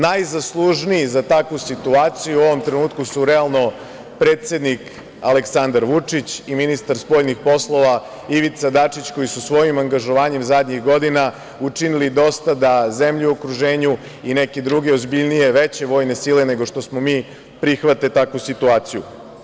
Najzaslužniji za takvu situaciju u ovom trenutku su realno predsednik Aleksandar Vučić i ministar spoljnih poslova Ivica Dačić, koji su svojim angažovanjem zadnjih godina učinili dosta da zemlje u okruženju i neke druge ozbiljnije, veće vojne sile nego što smo mi, prihvate takvu situaciju.